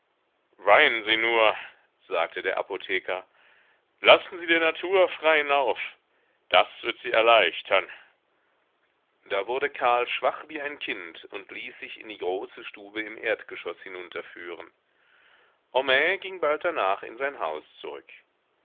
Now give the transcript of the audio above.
weinen sie nur sagte der apotheker lassen sie der natur freien lauf das wird sie erleichtern da wurde karl schwach wie ein kind und ließ sich in die große stube im erdgeschoß hinunterführen homais ging bald darnach in sein haus zurück